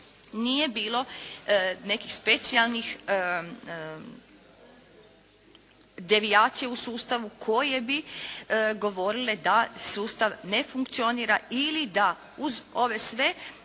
nije bilo nekih specijalnih devijacija u sustavu koje bi govorile da sustav ne funkcionira ili da uz ove sve